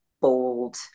bold